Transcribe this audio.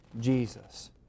Jesus